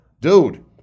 Dude